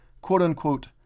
quote-unquote